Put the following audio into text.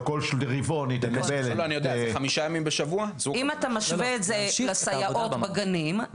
או כל רבעון היא תקבל --- אם אתה משווה את זה לסייעות בגנים,